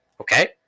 Okay